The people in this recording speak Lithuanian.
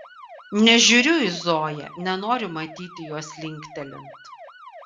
nežiūriu į zoją nenoriu matyti jos linktelint